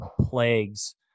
plagues